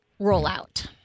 rollout